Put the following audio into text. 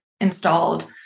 installed